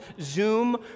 Zoom